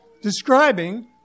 describing